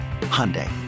Hyundai